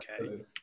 okay